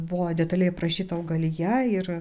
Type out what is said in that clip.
buvo detaliai aprašyta augalija ir